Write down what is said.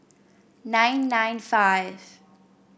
nine nine five